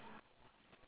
yes correct